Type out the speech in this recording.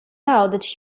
out